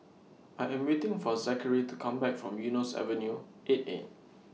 I Am waiting For Zachary to Come Back from Eunos Avenue eight A